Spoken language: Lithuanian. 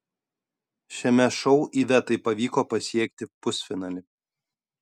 šiame šou ivetai pavyko pasiekti pusfinalį